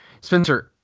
Spencer